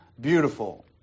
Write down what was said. beautiful